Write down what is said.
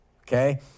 okay